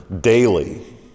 daily